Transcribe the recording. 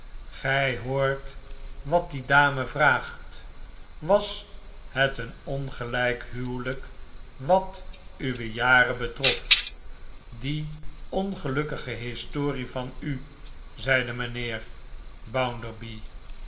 gri hoort wat die dame vraagt was het een ongelijk huwelijk wat uwe jaren betrof die ongelukkige historie van u zeide mijnheer